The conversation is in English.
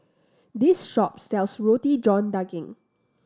this shop sells Roti John Daging